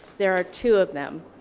there are two of them.